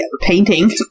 painting